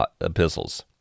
epistles